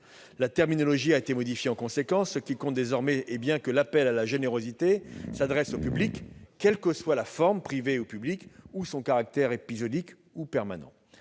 La terminologie a été modifiée en conséquence. Ce qui compte désormais, c'est que l'appel à la générosité s'adresse bien au public, quelle que soit sa forme, privée ou publique, ou son caractère épisodique ou permanent.